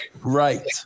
right